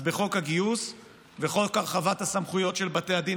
אז זה חוק הגיוס וחוק הרחבת הסמכויות של בתי הדין